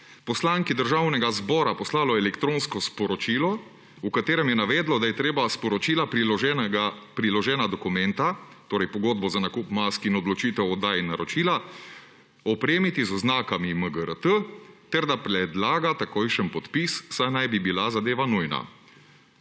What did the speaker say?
poslanki Državnega zbora poslalo elektronsko sporočilo, v katerem je navedlo, da je treba sporočilu priložena dokumenta, pogodbo za nakup mask in odločitev o oddaji naročila, opremiti z oznakami MGRT ter da predlaga takojšen podpis, saj naj bi bila zadeva nujna.